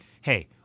hey